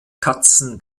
katzen